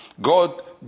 God